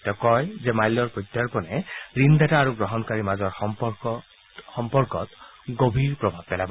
তেওঁ কয় যে মাল্যৰ প্ৰত্যাৰ্পণে ঋণদাতা আৰু গ্ৰহণকাৰীৰ মাজৰ সম্পৰ্কত গভীৰ প্ৰভাৱ পেলাব